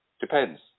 Depends